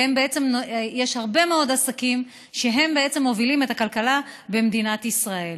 ויש הרבה מאוד עסקים שבעצם מובילים את הכלכלה במדינת ישראל.